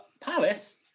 Palace